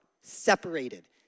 separated